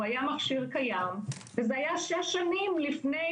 הוא היה מכשיר קיים וזה היה 6 שנים לפני